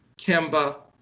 Kemba